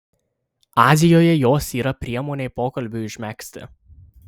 azijoje jos yra priemonė pokalbiui užmegzti